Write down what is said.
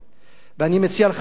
ואני מציע לך עצה טובה,